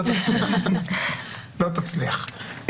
לא תצליח.